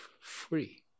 free